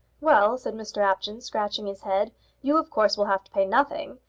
well, said mr apjohn, scratching his head you, of course, will have to pay nothing.